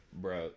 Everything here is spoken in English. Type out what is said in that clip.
bro